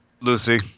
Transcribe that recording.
Lucy